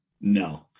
No